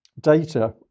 data